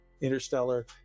interstellar